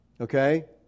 Okay